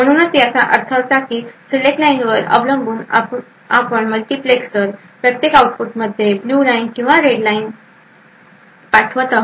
म्हणूनच याचा अर्थ असा की सिलेक्ट लाईनवर अवलंबून आपण मल्टिप्लेक्सर्स प्रत्येक आउटपुटमध्ये ब्ल्यू लाईन किंवा रेड लाईन पाठवित आहोत